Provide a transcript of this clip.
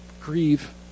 grieve